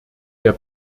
der